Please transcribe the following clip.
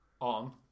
on